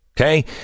Okay